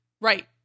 Right